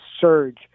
surge